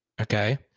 Okay